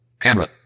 camera